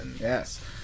Yes